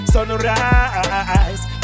Sunrise